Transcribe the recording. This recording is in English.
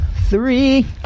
three